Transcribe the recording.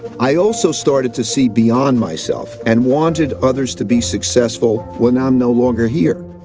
i also started to see beyond myself, and wanted others to be successful when i'm no longer here.